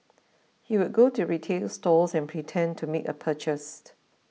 he would go to retail stores and pretend to make a purchase